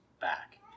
back